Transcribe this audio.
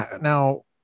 now